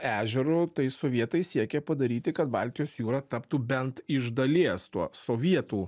ežeru tai sovietai siekė padaryti kad baltijos jūra taptų bent iš dalies tuo sovietų